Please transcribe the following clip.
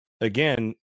again